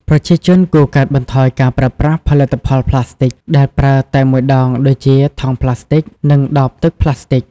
ប្រជាជនគួរកាត់បន្ថយការប្រើប្រាស់ផលិតផលប្លាស្ទិកដែលប្រើតែមួយដងដូចជា ថង់ប្លាស្ទិក និងដបទឹកប្លាស្ទិក។